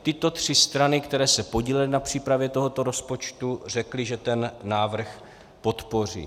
Tyto tři strany, které se podílely na přípravě tohoto rozpočtu, řekly, že ten návrh podpoří.